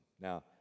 Now